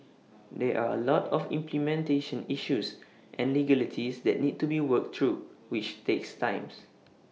there are A lot of implementation issues and legalities that need to be worked through which takes times